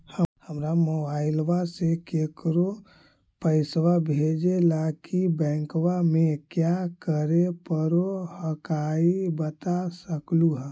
हमरा मोबाइलवा से केकरो पैसा भेजे ला की बैंकवा में क्या करे परो हकाई बता सकलुहा?